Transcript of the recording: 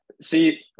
See